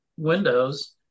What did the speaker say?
windows